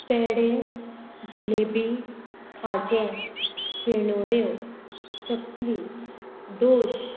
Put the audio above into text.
पेडे जिलेबी खाजें फेणोऱ्यो चकली दोश